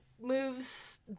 moves